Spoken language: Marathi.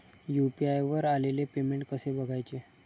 यु.पी.आय वर आलेले पेमेंट कसे बघायचे?